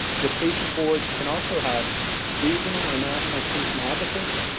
the patient boards can also have regional or national patient advocates.